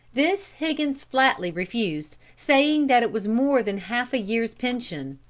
this higgins flatly refused, saying that it was more than half a year's pension.